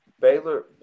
Baylor